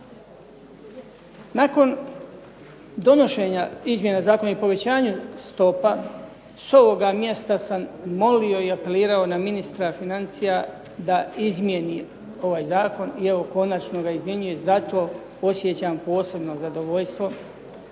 Nakon donošenja izmjena zakona i povećanju stopa s ovoga mjesta sam molio i apelirao na ministra financija da izmjeni ovaj zakon i evo konačno ga izmjenjuje. Zato osjećam posebno zadovoljstvo,